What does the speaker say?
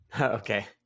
Okay